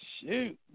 Shoot